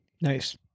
Nice